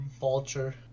vulture